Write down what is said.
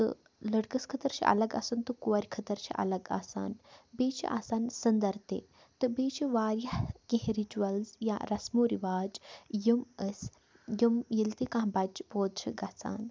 تہٕ لٔڑکَس خٲطٕر چھِ اَلگ آسان تہٕ کورِ خٲطٕر چھِ اَلگ آسان بیٚیہِ چھِ آسان سنٛدر تہِ تہٕ بیٚیہِ چھِ واریاہ کیٚنٛہہ رِچوَلٕز یا رَسمو رِواج یِم أسۍ یِم ییٚلہِ تہِ کانٛہہ بَچہٕ پٲدٕ چھِ گَژھان